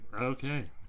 Okay